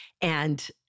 and-